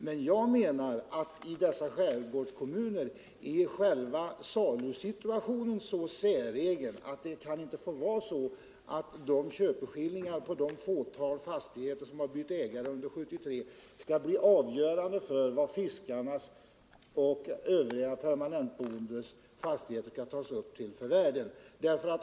Men jag menar att i dessa skärgårdskommuner själva salusituationen är så säregen att köpeskillingarna på det fåtal fastigheter som bytt ägare under 1973 inte får bli avgörande för vad fiskarnas och övriga permanentboendes fastigheter skall tas upp till för värde.